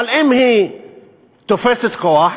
אבל אם היא תופסת כוח,